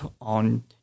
on